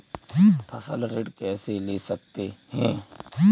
फसल ऋण कैसे ले सकते हैं?